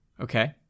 Okay